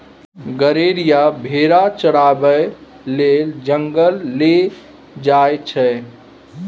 गरेरिया भेरा चराबै लेल जंगल लए जाइ छै